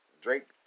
Drake